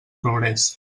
progrés